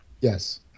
Yes